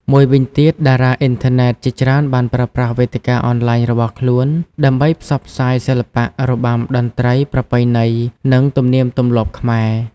មួយវិញទៀត តារាអុីនធឺណិតជាច្រើនបានប្រើប្រាស់វេទិកាអនឡាញរបស់ខ្លួនដើម្បីផ្សព្វផ្សាយសិល្បៈ របាំ តន្ត្រី ប្រពៃណី និងទំនៀមទម្លាប់ខ្មែរ។